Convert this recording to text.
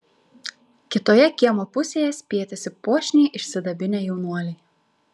kitoje kiemo pusėje spietėsi puošniai išsidabinę jaunuoliai